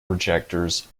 projectors